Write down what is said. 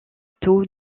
taux